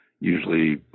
usually